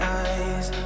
eyes